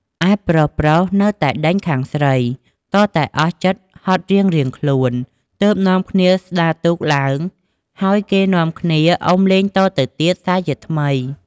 ឯប្រុសៗនៅតែដេញខាងស្រី ទាល់តែអស់ចិត្តហត់រៀងៗខ្លួន ទើបនាំគ្នាស្តារទូកឡើង ហើយគេនាំគ្នាអុំលេងតទៅទៀតសារជាថ្មី។